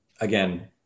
again